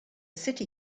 city